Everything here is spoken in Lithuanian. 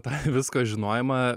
tą visko žinojimą